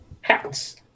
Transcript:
hats